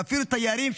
ואפילו תיירים,